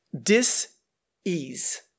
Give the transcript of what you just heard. dis-ease